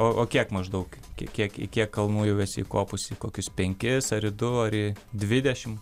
o kiek maždaug iki kiek iį kiek kalnų esi įkopusi kokius penkis ar į du ar dvidešim